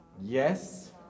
Yes